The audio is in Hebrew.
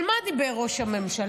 על מה דיבר ראש הממשלה?